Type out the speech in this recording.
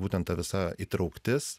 būtent ta visa įtrauktis